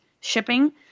shipping